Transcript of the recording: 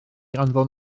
anfon